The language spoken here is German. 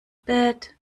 bett